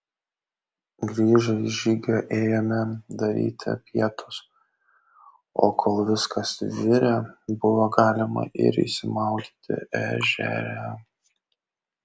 grįžę iš žygio ėjome daryti pietus o kol viskas virė buvo galima ir išsimaudyti ežere